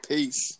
Peace